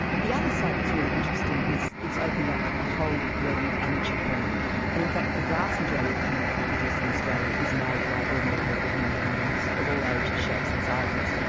the other side that's really interesting is it's opened up a whole realm of amateur porn and in fact the vast majority of pornography produced in australia is made by ordinary people in their homes, of all ages, shapes and sizes,